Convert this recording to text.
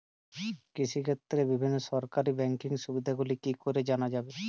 কৃষিক্ষেত্রে বিভিন্ন সরকারি ব্যকিং সুবিধাগুলি কি করে জানা যাবে?